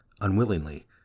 unwillingly